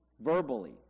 verbally